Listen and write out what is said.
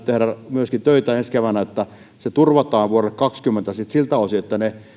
myöskin töitä ensi keväänä että se turvataan vuodelle kaksikymmentä siltä osin että